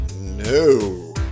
no